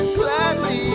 gladly